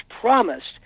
promised